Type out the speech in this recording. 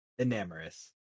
Enamorous